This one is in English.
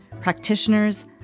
practitioners